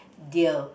deal